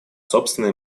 собственной